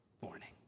morning